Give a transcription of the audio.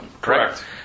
Correct